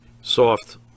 Soft